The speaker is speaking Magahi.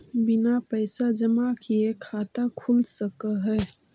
बिना पैसा जमा किए खाता खुल सक है?